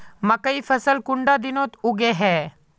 मकई फसल कुंडा दिनोत उगैहे?